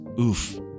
Oof